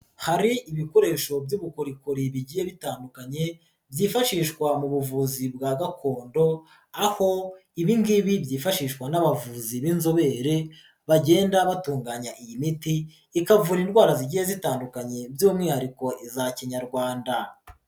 Hari ibikoresho by'ubukorikori bigiye bitandukanye byifashishwa mu buvuzi bwa gakondo, aho ibi ngibi byifashishwa n'abavuzi b'inzobere bagenda batunganya iyi miti, ikavura indwara zigiye zitandukanye by'umwihariko iza Kinyarwanda.